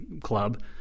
club